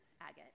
Agate